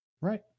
right